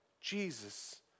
Jesus